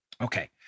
Okay